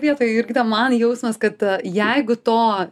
vietoje jurgita man jausmas kad jeigu to